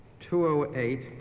208